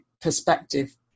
perspective